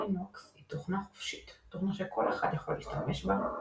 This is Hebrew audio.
לינוקס היא תוכנה חופשית – תוכנה שכל אחד יכול להשתמש בה,